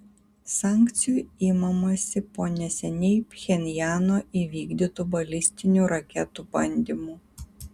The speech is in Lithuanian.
sankcijų imamasi po neseniai pchenjano įvykdytų balistinių raketų bandymų